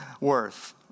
worth